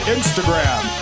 Instagram